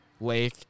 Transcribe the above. lake